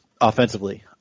offensively